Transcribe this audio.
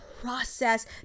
process